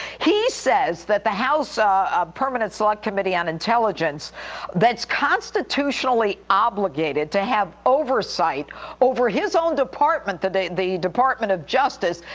he says that the house ah ah permanent select committee on intelligence that's constitutionally obligated to have oversight over his own department, the the department of justice,